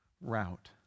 route